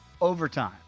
overtime